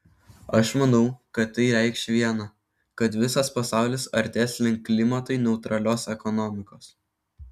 aš manau kad tai reikš viena kad visas pasaulis artės link klimatui neutralios ekonomikos